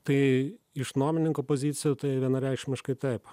tai iš nuomininko pozicijų tai vienareikšmiškai taip